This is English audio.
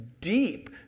deep